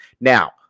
Now